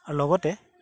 লগতে